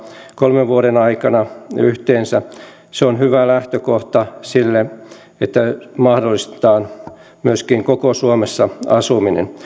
kolmen vuoden aikana se on hyvä lähtökohta sille että mahdollistetaan myöskin koko suomessa asuminen